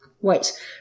Wait